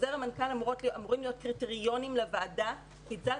בחוזר מנכ"ל אמורים להיות קריטריונים לוועדה כיצד